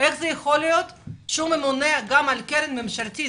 איך זה יכול להיות שהוא ממונה גם על קרן ממשלתית